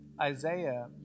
Isaiah